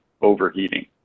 overheating